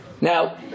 Now